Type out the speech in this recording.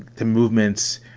to movements,